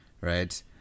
Right